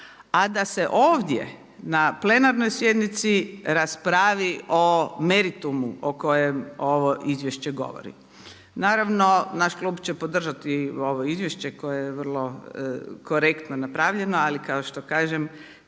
a da se ovdje na plenarnoj sjednici raspravi o meritumu o kojem ovo izvješće govori. Naravno naš klub će podržati ovo izvješće koje je vrlo korektno napravljeno ali kao što kažem